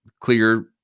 clear